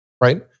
right